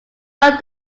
your